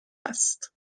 است